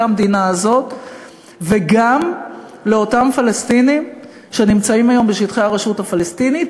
המדינה הזאת וגם לאותם פלסטינים שנמצאים היום בשטחי הרשות הפלסטינית,